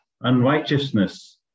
unrighteousness